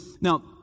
now